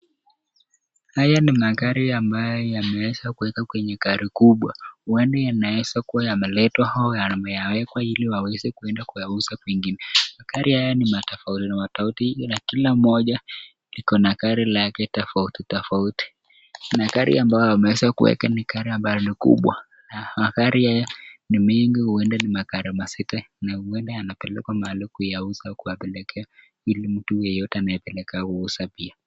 Haya ni magari ambayo yameweza kuwekwa kwenye gari kubwa. Huenda yanaweza kuwa yameletwa au yamewekwa ili waweze kwenda kuuza kwingine. Magari haya ni ya matofauti na matofauti na kila mmoja liko na gari lake tofauti tofauti. Na gari ambayo wameweza kuweka ni gari ambayo ni kubwa na magari ni mengi huenda ni magari mazito na huenda yanapelekwa mahali kuuza kupelekea huyo mtu yeyote anayepelekwa kuuza pia.